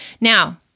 Now